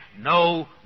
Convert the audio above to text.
no